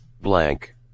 Blank